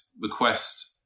request